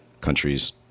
countries